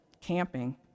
camping